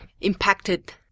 impacted